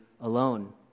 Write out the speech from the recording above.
alone